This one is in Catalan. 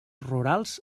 rurals